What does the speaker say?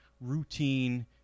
routine